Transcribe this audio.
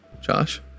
Josh